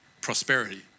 prosperity